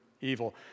evil